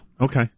Okay